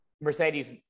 Mercedes